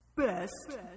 Best